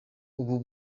ubu